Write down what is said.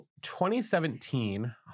2017